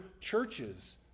churches